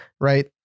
Right